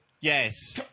Yes